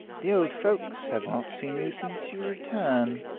the old folks have not seen you since your return.